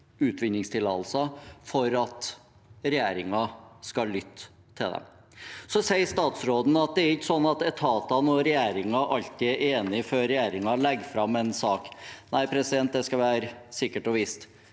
utvinningstillatelser for at regjeringen skal lytte til dem? Statsråden sier at det ikke er sånn at etatene og regjeringen alltid er enige før regjeringen legger fram en sak. Nei, det skal være sikkert og visst.